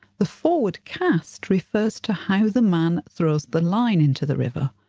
the forward cast refers to how the man throws the line into the river.